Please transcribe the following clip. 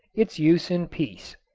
its use in peace.